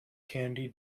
candy